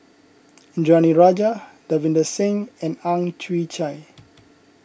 Indranee Rajah Davinder Singh and Ang Chwee Chai